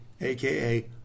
aka